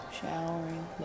showering